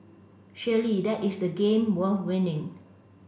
surely that is the game worth winning